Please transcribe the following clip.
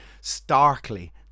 starkly